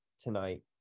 tonight